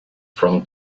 from